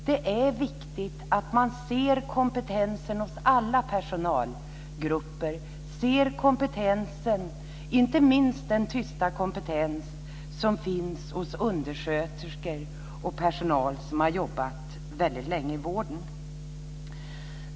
Det är viktigt att man ser kompetensen hos alla personalgrupper, inte minst den tysta kompetens som finns hos undersköterskor och personal som har jobbat väldigt länge i vården.